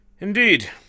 Indeed